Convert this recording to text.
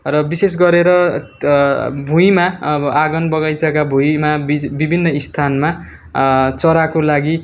र बिशेष गरेर भुइँमा अब आँगन बगैँचाका भुइँमा बिज बिभिन्न स्थानमा चराको लागि